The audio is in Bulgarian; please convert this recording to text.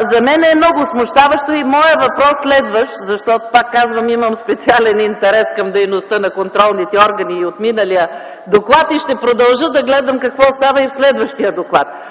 За мен това е много смущаващо и моят следващ въпрос, защото, пак казвам, имам специален интерес към дейността на контролните органи и от миналия доклад и ще продължа да гледам какво става и в следващия доклад: